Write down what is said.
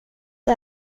det